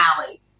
alley